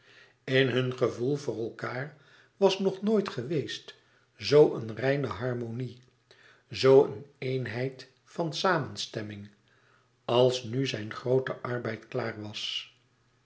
in hun gevoel voor elkaâr was nog nooit geweest zoo een reine harmonie zoo een eenheid van samenstemming als nu zijn groote arbeid klaar was